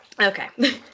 Okay